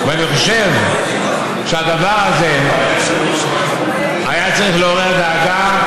אני חושב שהדבר הזה היה צריך לעורר דאגה,